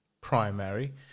primary